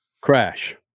Crash